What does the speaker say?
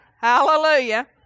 Hallelujah